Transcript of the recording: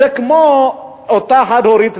זה כמו אותה חד-הורית,